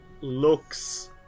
looks